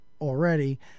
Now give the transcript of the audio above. already